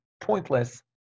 pointless